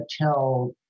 tell